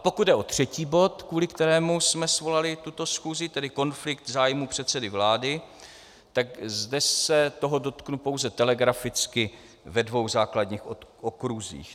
Pokud jde o třetí bod, kvůli kterému jsme svolali tuto schůzi, tedy konflikt zájmů předsedy vlády, zde se toho dotknu pouze telegraficky ve dvou základních okruzích.